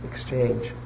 exchange